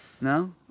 No